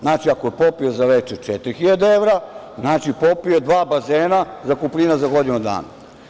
Znači, ako je popio za veče 4.000 evra, znači, popio je dva bazena, zakupnina za godinu dana.